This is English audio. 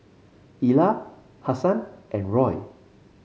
Ilah Hasan and Roy